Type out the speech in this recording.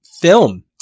film